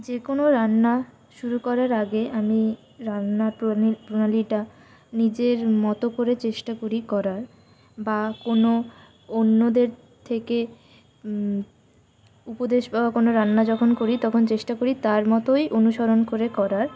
যে কোনো রান্না শুরু করার আগে আমি রান্না প্রণালীটা নিজের মতো করে চেষ্টা করি করার বা কোনও অন্যদের থেকে উপদেশ বা কোনো রান্না যখন করি তখন চেষ্টা করি তার মতোই অনুসরণ করে করার